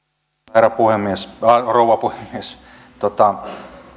rouva puhemies hävettääkö